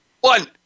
One